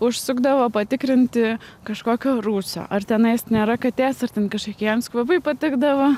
užsukdavo patikrinti kažkokio rūsio ar tenai nėra katės ar ten kažkokiems kvapai patikdavo